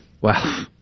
Wow